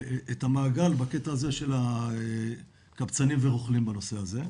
המעגל בקטע הזה של הקבצנים ורוכלים בנושא הזה.